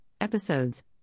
Episodes